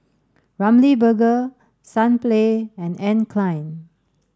Ramly Burger Sunplay and Anne Klein